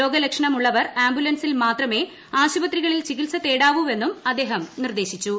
രോഗലക്ഷണമുള്ളവർ ആംബുലൻസിൽ മാത്രദ്മി ആശുപത്രികളിൽ ചികിത്സതേടാവൂവെന്നും അദ്ദേഹം നിർദേശിച്ചു